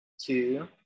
two